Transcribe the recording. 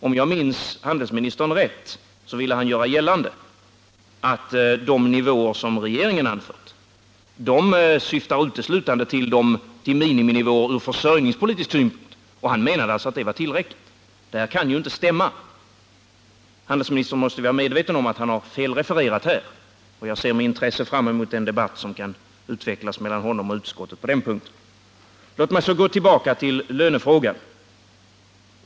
Om jag minns rätt ville handelsministern göra gällande att den nivå regeringen föreslår uteslutande syftar till att vara en miniminivå ur försörjningspolitisk synpunkt, vilket han menar är tillräckligt. Detta kan inte stämma. Handelsministern måste vara medveten om att han har felrefererat på denna punkt. Jag ser med intresse fram emot den debatt som kan utvecklas mellan honom och utskottet på den punkten. Låt mig så gå tillbaka till lönefrågan.